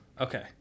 Okay